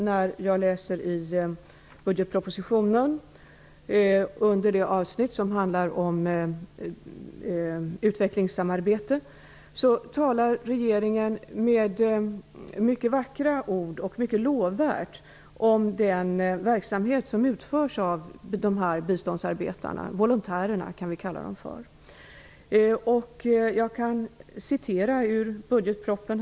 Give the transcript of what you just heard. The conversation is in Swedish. När jag läser i budgetpropositionen under det avsnitt som handlar om utvecklingssamarbete talar regeringen med mycket vackra ord och mycket lovvärt om den verksamhet som biståndsarbetarna utför. Vi kan kalla dem för volontärer. Jag kan citera ur budgetpropositionen.